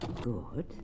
Good